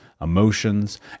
emotions